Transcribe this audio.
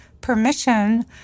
permission